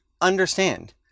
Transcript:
understand